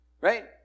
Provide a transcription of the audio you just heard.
right